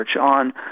on